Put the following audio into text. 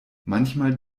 manchmal